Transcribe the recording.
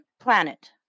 planet